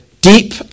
deep